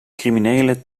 criminelen